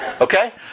Okay